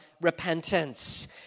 repentance